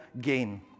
gain